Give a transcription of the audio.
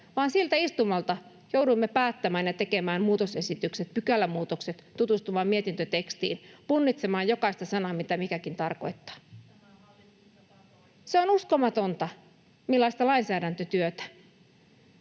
siltä istumalta jouduimme päättämään ja tekemään muutosesitykset, pykälämuutokset, tutustumaan mietintötekstiin, punnitsemaan jokaista sanaa, mitä mikäkin tarkoittaa. [Perussuomalaisten ryhmästä: